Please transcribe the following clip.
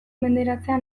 menderatzea